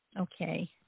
Okay